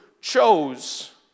chose